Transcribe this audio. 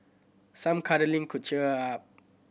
some cuddling could cheer her up